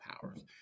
powers